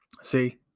See